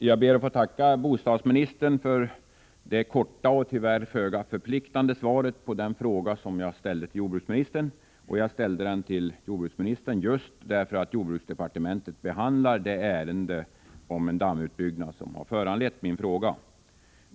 Herr talman! Jag ber att få tacka bostadsministern för det korta och tyvärr föga förpliktande svaret på den fråga som jag ställde till jordbruksministern. Jag ställde den till jordbruksministern just därför att jordbruksdepartementet behandlar det ärende om en dammutbyggnad som föranledde frågan.